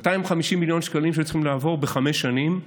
250 מיליון שקלים היו צריכים לעבור בחמש שנים.